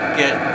get